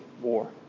war